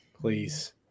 Please